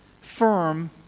firm